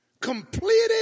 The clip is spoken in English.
completed